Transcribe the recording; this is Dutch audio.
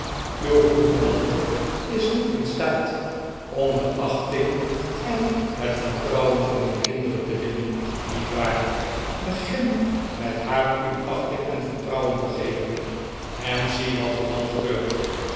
is zij is niet riep de ander uit en het vertrouwen van uw kinderen te winnen niet waar begin met haar uw achting en vertrouwen te geven en zie wat er dan gebeurt